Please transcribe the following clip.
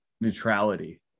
neutrality